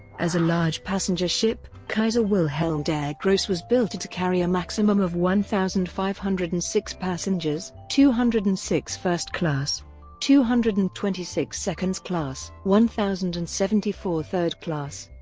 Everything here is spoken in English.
as a large passenger ship, kaiser wilhelm der grosse was built to carry a maximum of one thousand five hundred and six passengers two hundred and six first class two hundred and twenty six second class one thousand and seventy four third class.